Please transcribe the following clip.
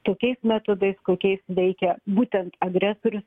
tokiais metodais kokiais veikia būtent agresorius